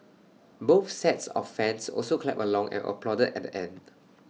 both sets of fans also clapped along and applauded at the end